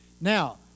Now